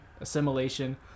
assimilation